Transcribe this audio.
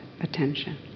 attention